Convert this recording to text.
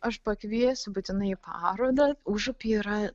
aš pakviesiu būtinai į parodą užupy yra